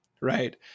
Right